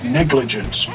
negligence